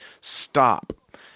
stop